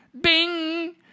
bing